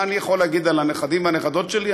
מה אני יכול להגיד על הנכדים והנכדות שלי?